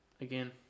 again